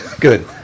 good